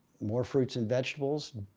more fruits and vegetables?